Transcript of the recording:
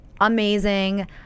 amazing